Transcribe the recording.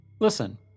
Listen